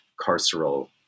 carceral